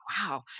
wow